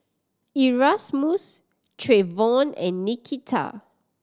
Erasmus Treyvon and Nikita